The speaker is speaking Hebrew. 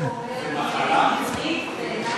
לאחר שהוא אומר, , בעיני זה קדוש.